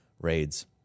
raids